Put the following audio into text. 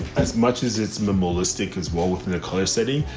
as much as it's minimalistic as well within the color city,